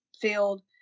field